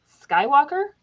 Skywalker